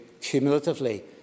cumulatively